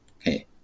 Okay